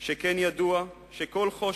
שכן ידוע שכל חושך,